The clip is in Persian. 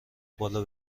بالا